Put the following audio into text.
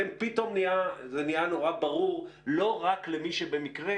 פתאום זה נהיה נורא ברור לא רק למי שבמקרה